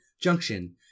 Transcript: junction